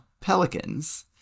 pelicans